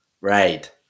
Right